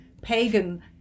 pagan